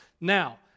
Now